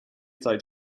zeit